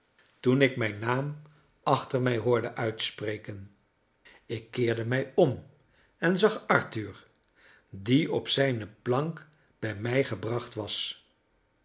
toen ik mijn naam achter mij hoorde uitspreken ik keerde mij om en zag arthur die op zijne plank bij mij gebracht was